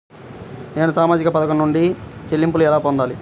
నేను సామాజిక పథకం నుండి చెల్లింపును ఎలా పొందాలి?